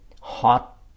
hot